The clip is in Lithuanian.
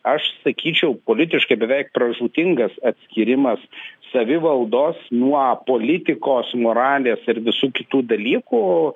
aš sakyčiau politiškai beveik pražūtingas atskyrimas savivaldos nuo politikos moralės ir visų kitų dalykų